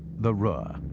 the ruhr.